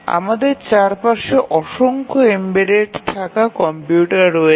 আমাদের চারপাশে অসংখ্য এম্বেডথাকা কম্পিউটার রয়েছে